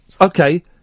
Okay